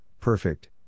perfect